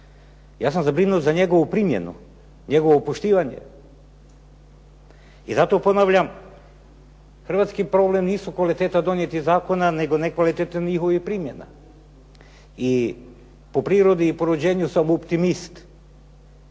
Ja sam zabrinut za njegovu primjenu, njegovo poštivanje i zato ponavljam hrvatski problem nisu kvaliteta donijetih zakona, nego nekvaliteta njihovih primjena. I po prirodi i po rođenju sam optimist.